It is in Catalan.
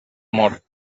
mort